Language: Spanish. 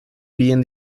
bien